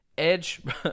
edge